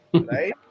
Right